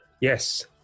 Yes